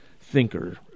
thinker